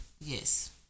Yes